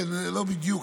לא בדיוק,